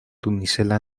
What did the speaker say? tunicela